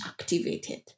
activated